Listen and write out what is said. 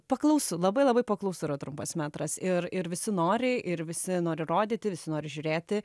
paklausu labai labai paklausu yra trumpas metras ir ir visi nori ir visi nori rodyti visi nori žiūrėti